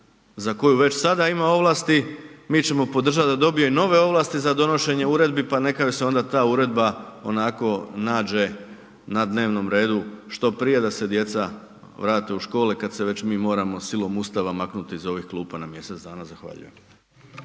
za koju već sada ima ovlasti mi ćemo podržati da dobije nove ovlasti za donošenje uredbi pa neka joj se ta uredba onako nađe na dnevnom redu što prije da se djeca vrate u škole kada se već mi moramo silom Ustava maknuti iz ovih klupa na mjesec dana. Zahvaljujem.